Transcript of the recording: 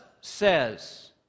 says